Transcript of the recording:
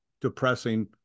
depressing